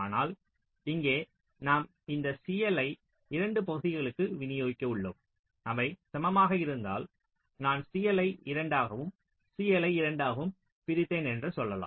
ஆனால் இங்கே நாம் இந்த CL ஐ 2 பகுதிகளுக்கு விநியோகித்துள்ளோம் அவை சமமாக இருந்தால் நான் CL ஐ 2 ஆகவும் CL 2 ஆகவும் பிரித்தேன் என்று சொல்லலாம்